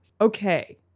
okay